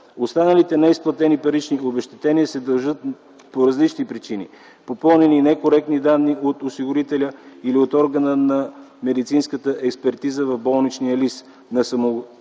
Останалите неизплатени парични обезщетения се дължат по различни причини – попълнени некоректни данни от осигурителя или от органа на медицинската експертиза в болничния лист на самоосигуряващите